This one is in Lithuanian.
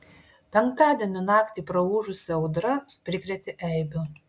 penktadienio naktį praūžusi audra prikrėtė eibių